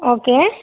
okay